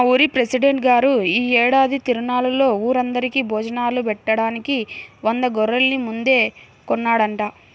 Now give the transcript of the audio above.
మా ఊరి పెసిడెంట్ గారు యీ ఏడాది తిరునాళ్ళలో ఊరందరికీ భోజనాలు బెట్టడానికి వంద గొర్రెల్ని ముందే కొన్నాడంట